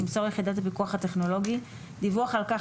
תמסור יחידת הפיקוח הטכנולוגי דיווח על כך